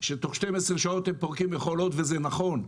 שתוך 12 שעות הם פורקים מכולות, וזה נכון.